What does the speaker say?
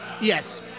Yes